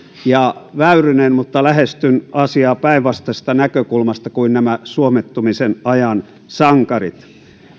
ja väyrynen mutta lähestyn asiaa päinvastaisesta näkökulmasta kuin nämä suomettumisen ajan sankarit